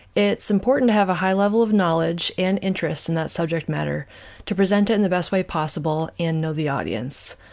it's important to have a high level of knowledge and interest in that subject matter to present it in the best way possible and know the audience.